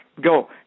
go